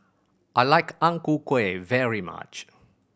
I like Ang Ku Kueh very much